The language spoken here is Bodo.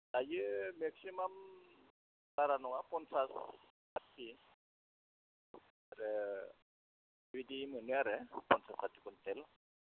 दायो मेक्सिमाम बारा नङा पन्सास पन्सास साथि आरो बिदि मोनो आरो पन्सास साथि कुइन्टेल